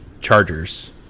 Chargers